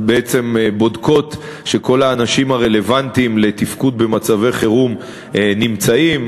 בודקות שכל האנשים הרלוונטיים לתפקוד במצבי חירום נמצאים.